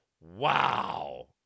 wow